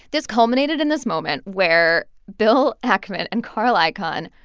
this culminated in this moment where bill ackman and carl icahn,